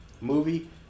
movie